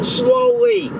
slowly